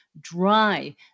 Dry